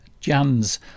Jans